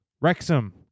Wrexham